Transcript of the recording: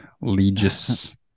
legis